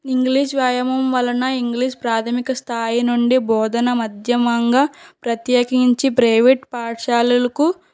English వ్యాయామం వలన English ప్రాథమిక స్థాయి నుండి బోధన మాధ్యమంగా ప్రత్యేకించి ప్రైవేట్ పాఠశాలలకు